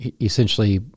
essentially